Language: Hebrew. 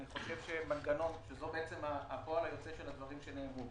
זה פועל יוצא מהדברים שנאמרו.